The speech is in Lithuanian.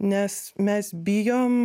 nes mes bijom